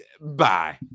Bye